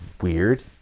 weird